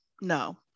No